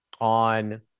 on